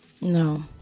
no